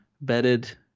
Bedded